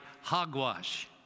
hogwash